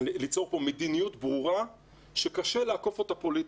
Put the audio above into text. ליצור פה מדיניות ברורה שקשה לעקוף אותה פוליטית.